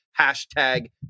Hashtag